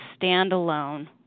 standalone